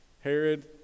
Herod